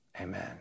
amen